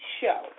show